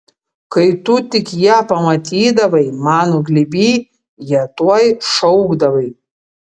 kai tu tik ją pamatydavai mano glėby ją tuoj šaukdavai